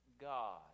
God